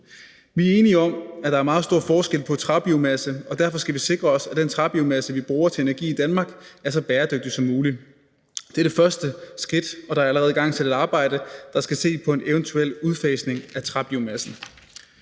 Vi er enige om, at der er meget stor forskel på træbiomasse, og derfor skal vi sikre os, at den træbiomasse, vi bruger til energi i Danmark, er så bæredygtig som muligt. Det er det første skridt. Der er allerede igangsat et arbejde, der skal se på en eventuel udfasning af træbiomassen.